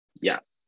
Yes